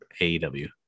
AEW